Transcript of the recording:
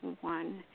one